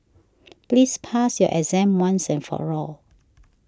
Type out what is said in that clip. please pass your exam once and for all